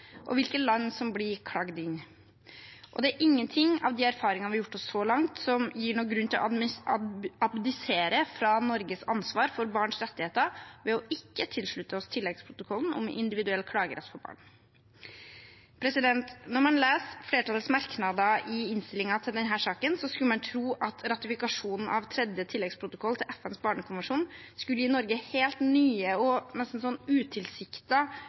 og hvilke land som blir klagd inn. Det er ingenting av de erfaringene vi har gjort oss så langt, som gir noen grunn til å abdisere fra Norges ansvar for barns rettigheter ved ikke å tilslutte oss tilleggsprotokollen om individuell klagerett for barn. Når man leser flertallets merknader i innstillingen til denne saken, skulle man tro at ratifikasjonen av tredje tilleggsprotokoll til FNs barnekonvensjon skulle gi Norge helt nye og nesten